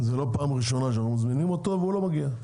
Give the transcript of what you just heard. זו לא פעם ראשונה שאנחנו מזמינים אותו והוא לא מגיע.